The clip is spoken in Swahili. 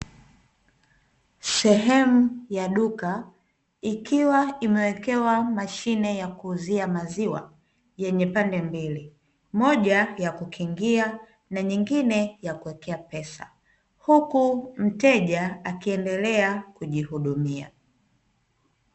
Sehemu ya duka ikiwa imewekewa mashine ya kuuzia maziwa yenye pande mbili, moja ya kukingia na nyingine ya kuwekea pesa; huku mteja akiendelea kujihudumia.